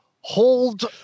hold